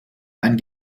ein